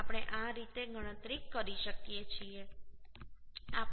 આપણે આ રીતે ગણતરી કરી શકીએ છીએ